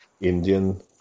Indian